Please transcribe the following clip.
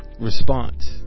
Response